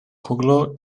kuglo